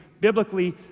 biblically